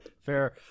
Fair